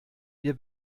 wir